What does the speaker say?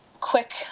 quick